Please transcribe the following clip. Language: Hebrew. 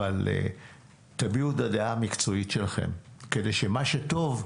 אבל תביעו את הדעה המקצועית שלכם כדי שמה שטוב,